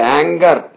anger